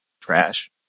trash